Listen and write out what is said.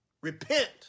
repent